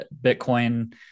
Bitcoin